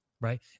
right